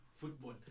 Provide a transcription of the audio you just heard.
football